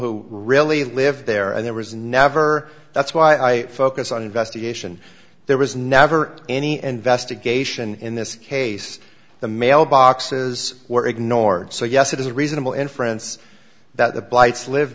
who really live there and there was never that's why i focus on investigation there was never any investigation in this case the mailboxes were ignored so yes it is a reasonable inference that